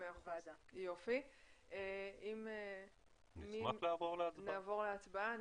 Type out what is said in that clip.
נשמח לעבור להצבעה.